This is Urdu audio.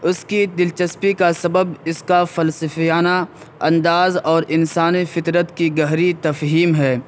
اس کی دلچسپی کا سبب اس کا فلسفیانہ انداز اور انسانی فطرت کی گہری تفہیم ہے